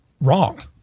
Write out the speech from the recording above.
wrong